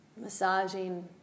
massaging